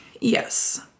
Yes